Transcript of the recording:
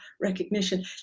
recognition